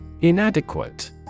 Inadequate